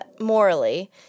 morally